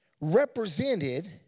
represented